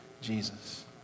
Jesus